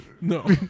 No